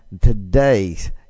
today's